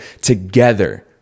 together